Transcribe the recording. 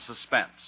Suspense